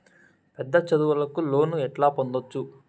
పెద్ద చదువులకు లోను ఎట్లా పొందొచ్చు